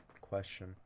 question